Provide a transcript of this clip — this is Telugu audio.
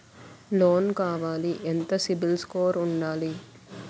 లోన్ కావాలి ఎంత సిబిల్ స్కోర్ ఉండాలి?